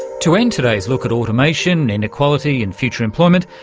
to end today's look at automation, inequality and future employment,